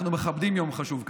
אנחנו מכבדים יום חשוב כזה.